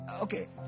Okay